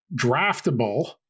draftable